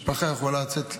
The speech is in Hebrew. משפחה יכול לצאת לבנייתה,